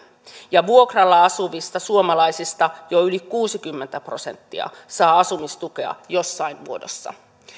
ja vuokralla asuvista suomalaisista jo yli kuusikymmentä prosenttia saa asumistukea jossain muodossa